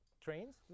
trains